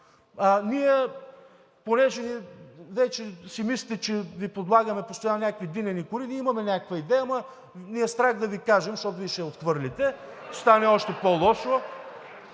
ние, понеже вече си мислите, че Ви подлагаме постоянно някакви динени кори – ние имаме някаква идея, но ни е страх да Ви кажем, защото Вие ще я отхвърлите. (Силен шум,